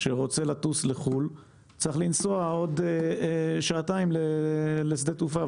שרוצה לטוס לחו"ל צריך לנסוע עוד שעתיים לשדה תעופה.